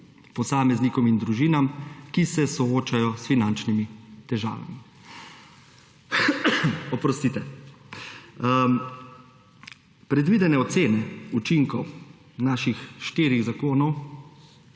posameznikom in družinam, ki se soočajo s finančnimi težavami. Predvidene ocene učinkov naših štirih zakonov,